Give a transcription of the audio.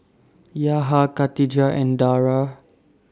Yaha Katijah and Dara